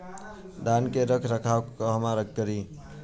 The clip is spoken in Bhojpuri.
धान के रख रखाव कहवा करी?